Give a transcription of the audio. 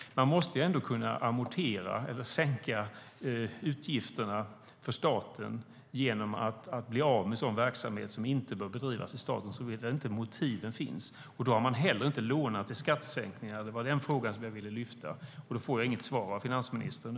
Man måste väl kunna amortera eller sänka utgifterna för staten genom att bli av med sådan verksamhet som inte bör bedrivas i staten, såvida inte motiven finns. Då har man heller inte lånat till skattesänkningar. Det var det jag ville ta upp, men nu får jag inget svar av finansministern.